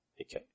Okay